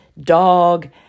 dog